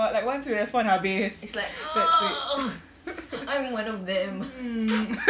like once you respond habis that's it mm